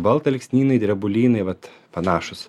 baltalksnynai drebulynai vat panašūs